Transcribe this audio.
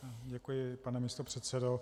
Děkuji, pane místopředsedo.